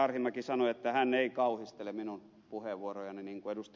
arhinmäki sanoi että hän ei kauhistele minun puheenvuorojani niin kuin ed